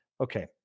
Okay